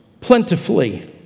plentifully